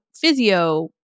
Physio